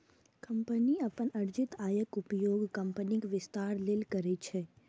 company अपन अर्जित आयक उपयोग कंपनीक विस्तार लेल करै छै